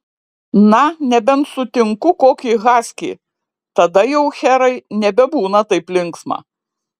na nebent sutinku kokį haskį tada jau herai nebebūna taip linksma